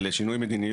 אבל חינם.